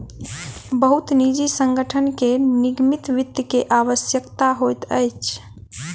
बहुत निजी संगठन के निगमित वित्त के आवश्यकता होइत अछि